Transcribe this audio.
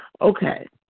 Okay